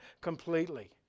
completely